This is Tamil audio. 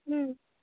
ம்